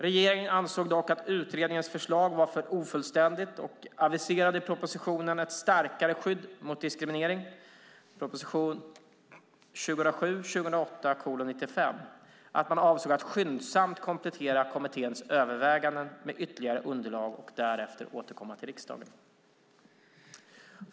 Regeringen ansåg dock att utredningens förslag var för ofullständigt och aviserade i propositionen Ett starkare skydd mot diskriminering , prop. 2007/08:95, att man avsåg att skyndsamt komplettera kommitténs överväganden med ytterligare underlag och därefter återkomma till riksdagen.